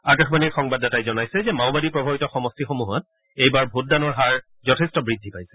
আকাশবাণীৰ সংবাদদাতাই জনাইছে যে মাওবাদী প্ৰভাৱিত সমষ্টিসমূহত এইবাৰ ভোটদানৰ হাৰ যথেষ্ট বৃদ্ধি পাইছে